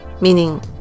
meaning